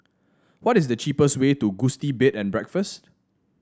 what is the cheapest way to Gusti Bed and Breakfast